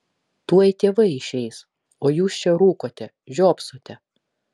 tuoj tėvai išeis o jūs čia rūkote žiopsote